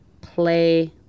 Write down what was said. play